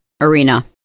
arena